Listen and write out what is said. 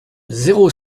zéro